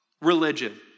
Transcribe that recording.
religion